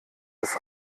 das